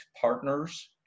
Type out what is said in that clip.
partners